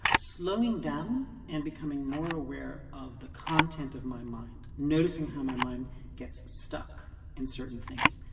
slowing down and becoming more aware of the content of my mind, noticing how my mind gets stuck in certain things,